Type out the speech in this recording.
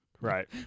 Right